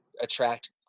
attract